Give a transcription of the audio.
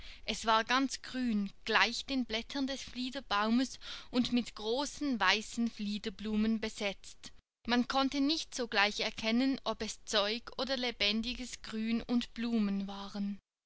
es war ganz grün gleich den blättern des fliederbaumes und mit großen weißen fliederblumen besetzt man konnte nicht so gleich erkennen ob es zeug oder lebendiges grün und blumen waren